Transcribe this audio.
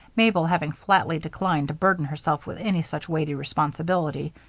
mabel having flatly declined to burden herself with any such weighty responsibility,